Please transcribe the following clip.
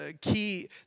key